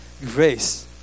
grace